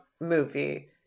movie